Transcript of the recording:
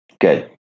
Good